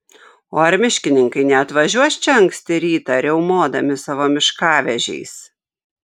o ar miškininkai neatvažiuos čia anksti rytą riaumodami savo miškavežiais